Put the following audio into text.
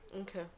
Okay